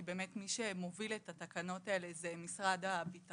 כי מי שמוביל את התקנות האלה זה משרד הביטחון,